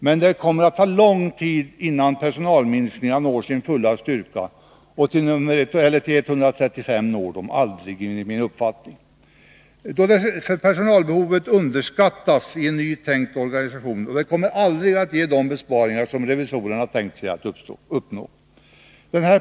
Men det kommer att ta lång tid innan personalminskningarna når sin fulla styrka, och till 135 tjänster når de enligt min uppfattning aldrig. Personalbehovet har också underskattats i en ny tänkt organisation, och det kommer aldrig att bli de besparingar som revisorerna har tänkt sig att uppnå.